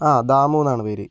ആ ദാമു എന്നാണ് പേര്